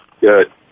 good